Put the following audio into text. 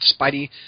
Spidey